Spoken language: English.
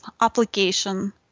application